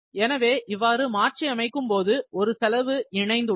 எனவே இவ்வாறு மாற்றி அமைக்கும்போது ஒரு செலவு இணைந்துள்ளது